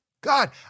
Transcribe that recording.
God